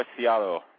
Preciado